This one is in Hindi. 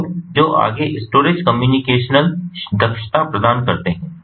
क्लाउड जो आगे स्टोरेज कम्प्यूटेशनल दक्षता प्रदान करते हैं